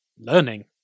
learning